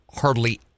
hardly